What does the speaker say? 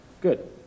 Good